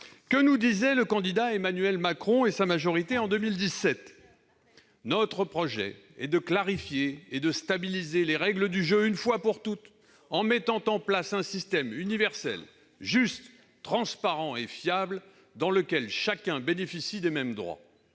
Que nous disaient le candidat Emmanuel Macron et sa majorité en 2017 ?« Notre projet est de clarifier et de stabiliser les règles du jeu une fois pour toutes en mettant en place un système universel, juste, transparent et fiable, dans lequel chacun bénéficie des mêmes droits.